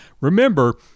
Remember